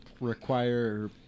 require